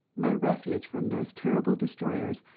my refuge from those terrible destroyers,